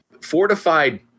fortified